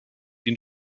den